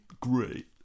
great